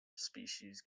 species